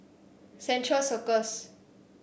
Central Circus